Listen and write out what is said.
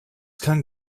kann